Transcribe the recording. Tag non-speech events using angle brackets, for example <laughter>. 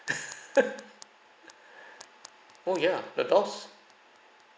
<laughs> <breath> oh ya the dogs